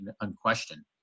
unquestioned